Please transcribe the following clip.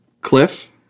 Cliff